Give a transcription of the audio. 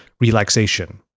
relaxation